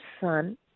Son